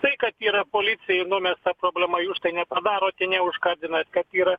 tai kad yra policijai numesta problema jūs tai nepadarote neužkardinat kad yra